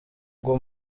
ngo